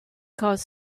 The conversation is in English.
cause